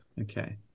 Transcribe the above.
Okay